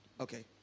okay